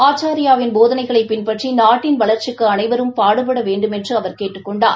ஆச்சாரியாவின் போதனைகளை பின்பற்றி நாட்டின் வளர்ச்சிக்கு அனைவரும் பாடுபட வேண்டுமென்று கேட்டுக் கொண்டார்